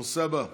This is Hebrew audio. הנושא הבא,